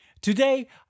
Today